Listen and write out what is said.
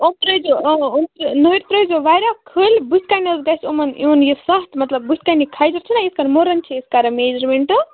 اَتھ ترٛٲیزیو اۭں نٔرۍ ترٛٲیزیو واریاہ کھٔلۍ بٕتھِ کَنہِ حظ گژھِ یِمَن یُن یہِ سَتھ مطلب بٕتھِ کَنہِ یہِ کھجَر چھِنَہ یِتھ کَن مُرَن چھِ أسۍ کَران میجَرمٮ۪نٛٹ